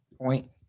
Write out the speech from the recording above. point